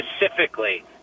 specifically